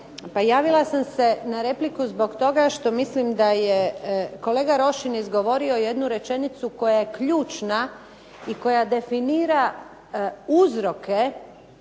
Javila sam se na repliku zbog toga što mislim da je kolega Rošin izgovorio jednu rečenicu koja je ključna i koja definira uzroke